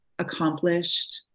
Accomplished